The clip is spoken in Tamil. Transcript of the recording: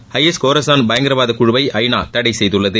ஐ எஸ் கார்ஸான் பயங்கரவாத குழுவை ஐநா தடை செய்துள்ளது